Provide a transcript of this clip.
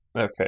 Okay